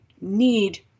need